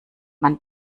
man